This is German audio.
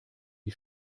die